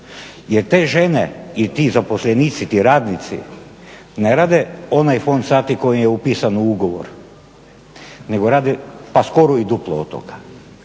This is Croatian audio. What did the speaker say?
Jer te žene i ti zaposlenici, ti radnici ne rade onaj fond sati koji im je upisan u ugovor, nego rade pa skoro i duplo od toga.